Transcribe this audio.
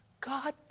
God